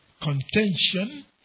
contention